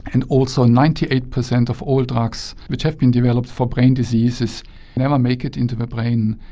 and also ninety eight percent of all drugs which have been developed for brain diseases never make it into the brain.